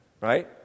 right